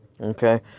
Okay